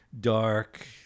dark